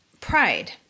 pride